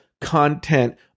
content